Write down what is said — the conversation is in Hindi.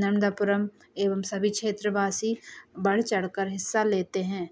नर्मदापुरम एवं सभी क्षेत्रवासी बढ़ चढ़कर हिस्सा लेते हैं